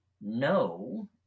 no